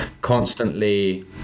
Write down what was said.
constantly